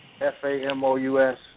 F-A-M-O-U-S